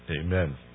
Amen